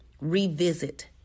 revisit